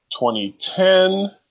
2010